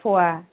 फवा